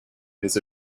his